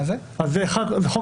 זה ממש